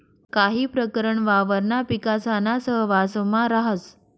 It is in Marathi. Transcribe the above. काही प्रकरण वावरणा पिकासाना सहवांसमा राहस